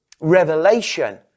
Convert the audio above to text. revelation